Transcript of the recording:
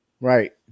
right